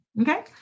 okay